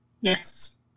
Yes